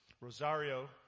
Rosario